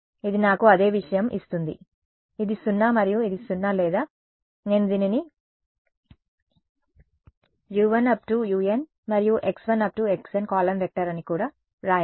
ఇది నాకు అదే విషయం ఇస్తుంది ఇది 0 మరియు ఇది 0 లేదా నేను దీనిని u1· ·· unT మరియు x1· ·· xn T column vector అని కూడా వ్రాయగలను